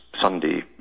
Sunday